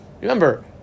Remember